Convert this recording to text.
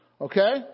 Okay